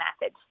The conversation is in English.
method